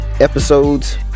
episodes